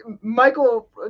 Michael